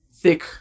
Thick